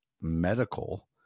medical